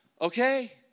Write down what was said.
okay